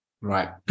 right